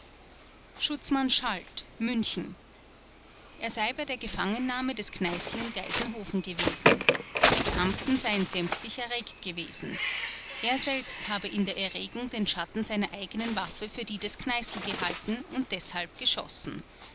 schutzmann schalt münchen er sei bei der gefangennahme des kneißl in geisenhofen gewesen die beamten seien sämtlich erregt gewesen er selbst habe in der erregung den schatten seiner eigenen waffe für die des kneißl gehalten und deshalb geschossen